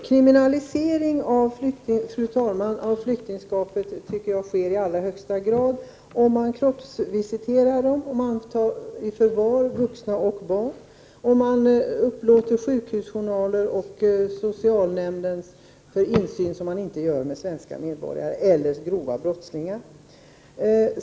Fru talman! En kriminalisering av flyktingskapet tycker jag sker i allra högsta grad om man kroppsvisiterar flyktingar, om man tar vuxna och barn i förvar och om man upplåter sjukhusjournaler och socialtjänstjournaler för insyn, vilket man inte gör när det gäller svenska medborgare eller grova brottslingar.